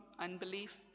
unbelief